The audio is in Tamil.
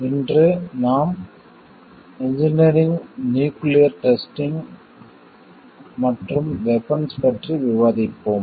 இன்று நாம் இன்ஜினியரிங் நியூக்கிளியர் டெஸ்டிங் மற்றும் வெபன்ஸ் பற்றி விவாதிப்போம்